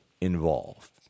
involved